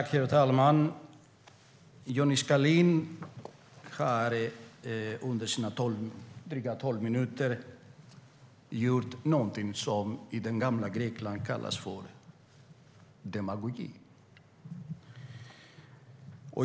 Herr talman! Johnny Skalin har under sina dryga tolv minuter ägnat sig åt någonting som i det gamla Grekland kallades demagogi.